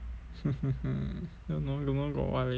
hmm hmm hmm don't know tomorrow got what leh